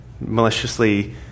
maliciously